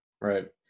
Right